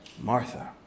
Martha